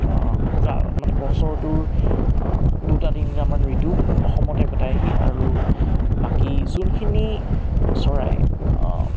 কা মানে বছৰটোৰ দুটা তিনিটামান ঋতু অসমতে কটায়হি আৰু বাকী যোনখিনি চৰাই